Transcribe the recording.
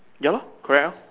ya lor correct lor